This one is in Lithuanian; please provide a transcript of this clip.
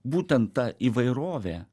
būtent ta įvairovė